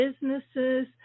businesses